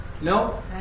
no